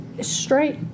straight